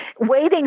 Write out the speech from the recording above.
waiting